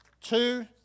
two